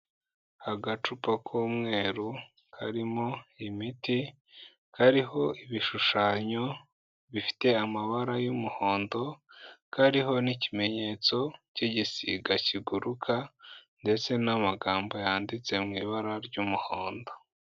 Agacupa k'umweru karimo imiti, kariho ibishushanyo bifite amabara y'umuhondo, kariho n'ikimenyetso cy'igisiga kiguruka ndetse n'amagambo yanditse mu ibara ry'umuhondo.